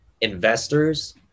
investors